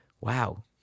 Wow